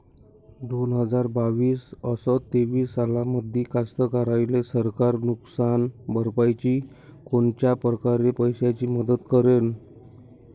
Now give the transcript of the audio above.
दोन हजार बावीस अस तेवीस सालामंदी कास्तकाराइले सरकार नुकसान भरपाईची कोनच्या परकारे पैशाची मदत करेन?